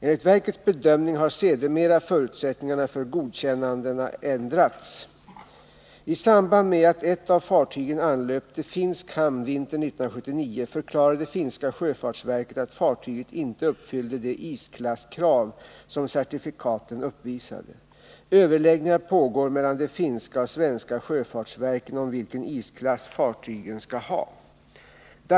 Enligt verkets bedömning har sedermera förutsättningarna för godkännandena ändrats. I samband med att ett av fartygen anlöpte finsk hamn vintern 1979 förklarade finska sjöfartsverket att fartyget inte uppfyllde de isklasskrav som certifikaten uppvisade. Överläggningar pågår mellan de finska och svenska sjöfartsverken om vilken isklass fartygen skall anses ha.